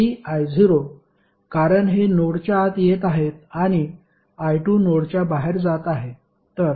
i2i33I0 कारण हे नोडच्या आत येत आहेत आणि i2 नोडच्या बाहेर जात आहे